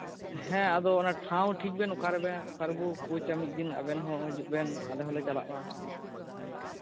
ᱦᱮᱸ ᱟᱫᱚ ᱚᱱᱟ ᱴᱷᱟᱶ ᱴᱷᱤᱠ ᱚᱠᱟᱨᱮᱵᱮᱱ ᱚᱠᱟᱨᱮᱵᱳ ᱠᱳᱪᱼᱟ ᱢᱤᱫᱫᱤᱱ ᱟᱵᱮᱱ ᱦᱚᱸ ᱦᱤᱡᱩᱜ ᱵᱮᱱ ᱟᱞᱮ ᱦᱚᱞᱮ ᱪᱟᱞᱟᱜᱼᱟ